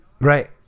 Right